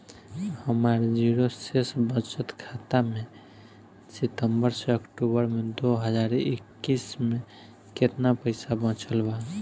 हमार जीरो शेष बचत खाता में सितंबर से अक्तूबर में दो हज़ार इक्कीस में केतना पइसा बचल बा?